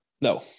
No